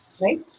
right